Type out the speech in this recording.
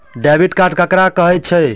Debit card ककरा कहै छै?